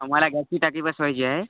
आम्हाला गॅसची टाकी बसवायची आहे